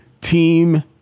Team